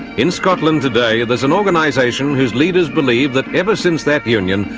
in scotland today, there's an organisation whose leaders believe that ever since that union,